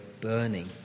burning